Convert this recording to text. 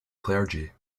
clergy